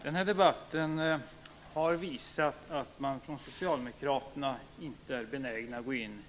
Herr talman! Den här debatten har visat att Socialdemokraterna ännu inte är beredda att gå in